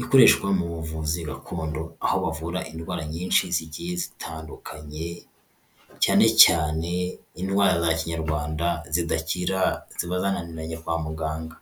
ikoreshwa mu buvuzi gakondo, aho bavura indwara nyinshi zigiye zitandukanye, cyane cyane indwara za kinyarwanda zidakira zibA zaniranye kwa muganga.